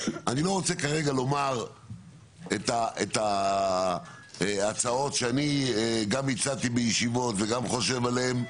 אני לא רוצה כרגע לומר את ההצעות שאני גם הצעתי בישיבות וגם חושב עליהן,